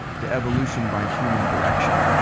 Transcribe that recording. to evolution by human direction.